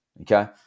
Okay